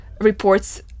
reports